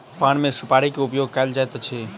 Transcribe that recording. पान मे सुपाड़ी के उपयोग कयल जाइत अछि